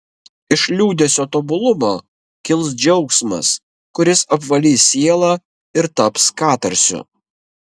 iš liūdesio tobulumo kils džiaugsmas kuris apvalys sielą ir taps katarsiu